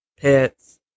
pets